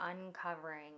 uncovering